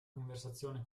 conversazione